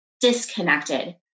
disconnected